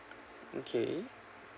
okay